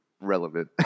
relevant